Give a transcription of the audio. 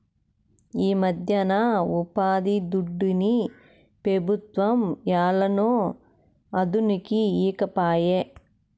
ఈమధ్యన ఉపాధిదుడ్డుని పెబుత్వం ఏలనో అదనుకి ఈకపాయే